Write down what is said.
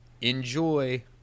Enjoy